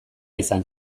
izan